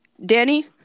Danny